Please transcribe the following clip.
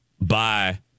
Bye